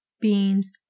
beans